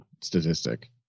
statistic